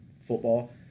football